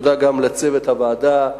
תודה גם לצוות הוועדה,